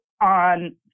on